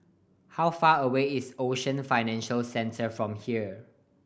how far away is Ocean Financial Centre from here